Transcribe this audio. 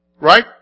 right